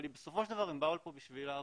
אבל בסופו של דבר הם באו פה בשביל לעבוד.